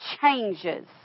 changes